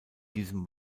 diesem